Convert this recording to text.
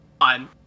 On